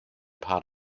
part